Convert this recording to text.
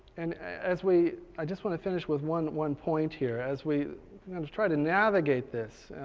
and as we, i just wanna finish with one one point here. as we try to navigate this,